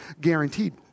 guaranteed